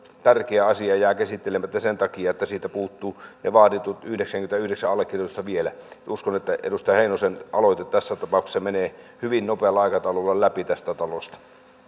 tärkeä asia jää käsittelemättä sen takia että siitä puuttuu ne vaaditut yhdeksänkymmentäyhdeksän allekirjoitusta vielä uskon että edustaja heinosen aloite tässä tapauksessa menee hyvin nopealla aikataululla läpi tästä talosta